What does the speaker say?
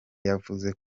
yavuze